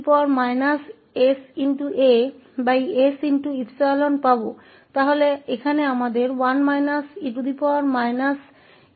तो e sas𝜖आम है तो यहां हमारे पास 1 e s𝜖 है